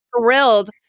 thrilled